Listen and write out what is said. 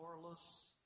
powerless